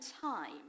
time